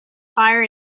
fire